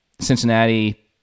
Cincinnati